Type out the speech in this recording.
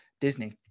Disney